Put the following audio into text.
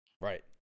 Right